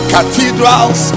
Cathedrals